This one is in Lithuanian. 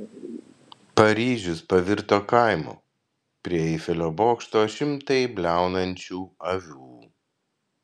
paryžius pavirto kaimu prie eifelio bokšto šimtai bliaunančių avių